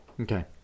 Okay